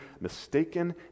mistaken